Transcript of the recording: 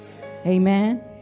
Amen